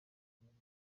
ikibazo